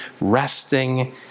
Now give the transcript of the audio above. resting